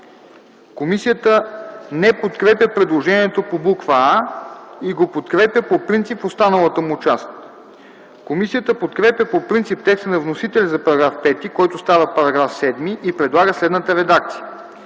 Комисията не подкрепя предложението по буква „а” и го подкрепя по принцип в останалата му част. Комисията подкрепя по принцип текста на вносителя за § 5, който става § 7, и предлага следната редакция: